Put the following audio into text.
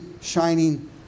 shining